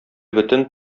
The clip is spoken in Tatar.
бөтен